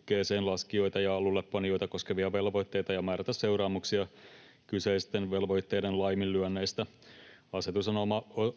liikkeeseenlaskijoita ja alullepanijoita koskevia velvoitteita ja määrätä seuraamuksia kyseisten velvoitteiden laiminlyönneistä. Asetus